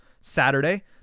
Saturday